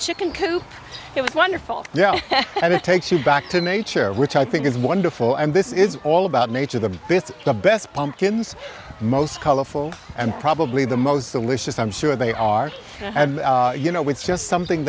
chicken coop it was wonderful yeah and it takes you back to nature which i think is wonderful and this is all about nature the best the best pumpkins most colorful and probably the most delicious i'm sure they are and you know it's just something